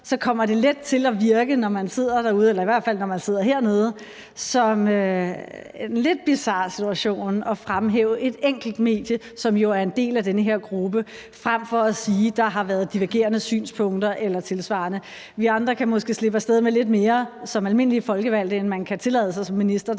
at fastholde, at det, når man sidder derude, eller i hvert fald når man sidder hernede, kommer til at virke som en lidt bizar situation, at man som minister fremhæver et enkelt medie, som jo er en del af den her gruppe, frem for at sige, at der har været divergerende synspunkter eller tilsvarende. Vi andre kan måske slippe af sted med lidt mere som almindelige folkevalgte, end man kan tillade sig som minister,